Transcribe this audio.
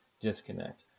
disconnect